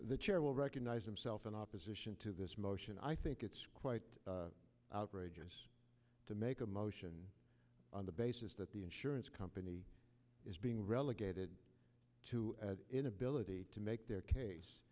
will recognize himself in opposition to this motion i think it's quite outrageous to make a motion on the basis that the insurance company is being relegated to inability to make their case